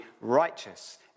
righteous